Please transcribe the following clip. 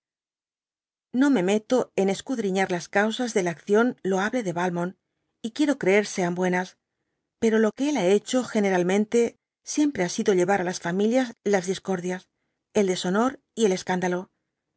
no túe meto en escudriñar las causas de la acción loable de yalmont y quiero creer sean buenas pero lo que él ha hecho generalmente sien pre ha sido llevar á las familias las discordias el deshonor y el escándalo